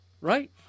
Right